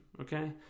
okay